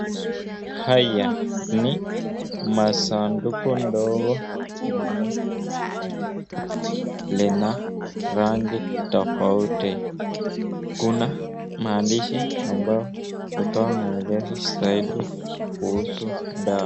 Haya ni masanduku ndogo lenye dawa lina rangi tofauti, kuna maandishi ambayo hutoa maelezo zaidi kuhusu dawa.